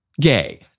gay